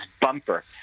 Bumper